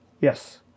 yes